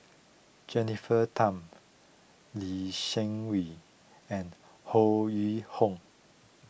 Jennifer Tham Lee Seng Wee and Ho Yuen Hoe